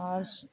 ᱟᱨ